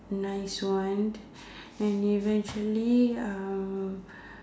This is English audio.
nice one and eventually uh